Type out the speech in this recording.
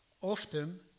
often